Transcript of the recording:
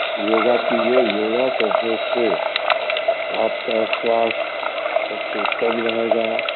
योगा कीजिए योगा करने से आपका स्वास्थ्य सबसे उत्तम रहेगा